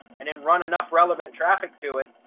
and then run enough relevant traffic to it.